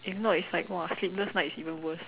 if not it's like !wah! sleepless nights even worse